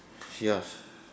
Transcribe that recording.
ya